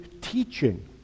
teaching